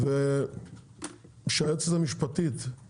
תפנו ליועצת המשפטית